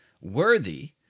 worthy